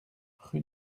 rue